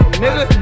nigga